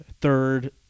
third